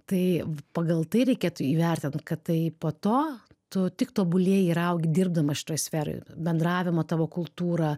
tai pagal tai reikėtų įvertint kad tai po to tu tik tobulėji ir augi dirbdamas šitoj sferoj bendravimo tavo kultūra